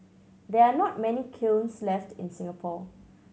there are not many kilns left in Singapore